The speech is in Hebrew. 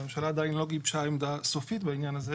הממשלה עדיין לא גיבשה עמדה סופית בנושא הזה